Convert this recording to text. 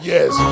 Yes